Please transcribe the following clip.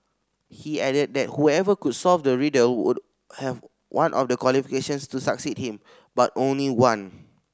he added that whoever could solve the riddle would have one of the qualifications to succeed him but only one